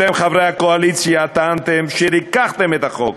אתם, חברי הקואליציה, טענתם שריככתם את החוק.